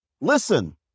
Listen